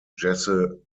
jesse